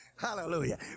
Hallelujah